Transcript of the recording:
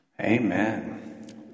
Amen